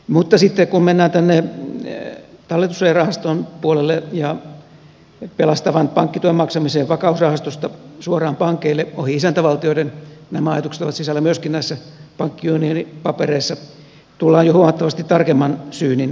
mutta sitten kun mennään tänne talletussuojarahaston puolelle ja pelastavan pankkituen maksamiseen vakausrahastosta suoraan pankeille ohi isäntävaltioiden nämä ajatukset ovat sisällä myöskin näissä pankkiunionipapereissa tullaan jo huomattavasti tarkemman syynin kohtaan